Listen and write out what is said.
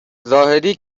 زاهدی